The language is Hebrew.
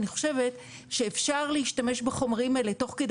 ואני חושבת שאפשר להשתמש בחומרים האלה תוך כדי